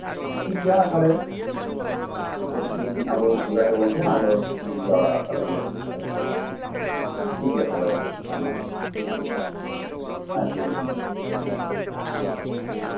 ᱴᱷᱤᱠᱜᱮᱭᱟ ᱛᱟᱞᱦᱮ ᱢᱤᱫᱴᱮᱡ ᱫᱤᱱ ᱟᱵᱚ ᱜᱚᱴᱟᱭ ᱛᱟᱵᱚᱱ ᱯᱮ ᱟᱫᱚ ᱵᱚᱱ ᱡᱟᱣᱨᱟᱜᱼᱟ ᱚᱸᱰᱮ ᱴᱷᱤᱠᱜᱮᱭᱟ ᱛᱟᱞᱦᱮ ᱢᱟ ᱦᱮᱸᱢᱟ ᱦᱮᱸᱢᱟ ᱦᱮᱸ ᱴᱷᱤᱠᱜᱮᱭᱟ ᱵᱮᱥ